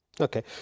Okay